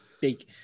big